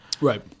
Right